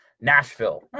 Nashville